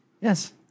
Yes